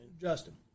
Justin